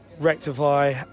rectify